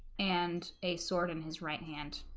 and a sword in his right hand